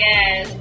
Yes